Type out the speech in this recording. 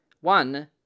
one